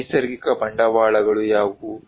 ನೈಸರ್ಗಿಕ ಬಂಡವಾಳಗಳು ಯಾವುವು